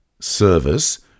service